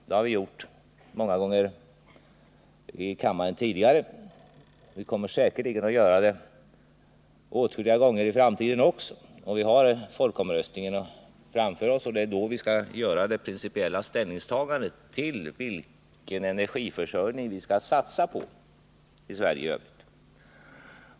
Det har vitidigare gjort många gånger i kammaren, och vi kommer säkerligen att göra det åtskilliga gånger i framtiden också. Vi har ju folkomröstningen i kärnkraftsfrågan framför oss, och det är då vi skall göra vårt principiella ställningstagande till vilken energiförsörjning vi skall satsa på i Sverige.